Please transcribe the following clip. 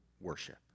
worship